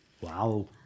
Wow